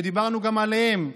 שדיברנו גם עליהם,